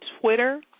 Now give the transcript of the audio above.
Twitter